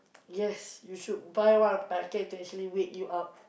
yes you should buy one packet to actually wake you up